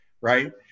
right